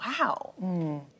wow